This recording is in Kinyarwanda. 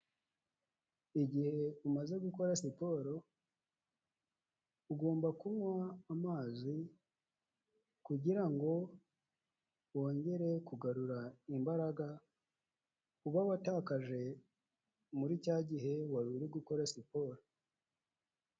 Ugihe umaze gukora siporo ugomba kunywa amazi, kugira ngo wongere kugarura imbaraga uba watakaje muri cya gihe wari uri gukora siporo.